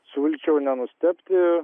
siūlyčiau nenustebti